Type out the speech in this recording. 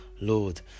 lord